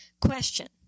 Question